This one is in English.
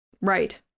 right